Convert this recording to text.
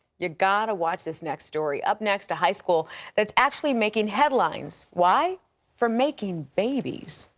youve got to watch this next story. up next, a high school thats actually making headlines. why for making babies.